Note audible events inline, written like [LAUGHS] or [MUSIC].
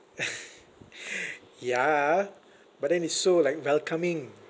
[LAUGHS] yeah but then it's so like welcoming